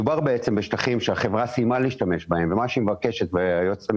מדובר בשטחים שהחברה סיימה להשתמש בהם ומה שהיא מבקשת זה לעשות עליהם